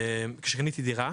שיניתי דירה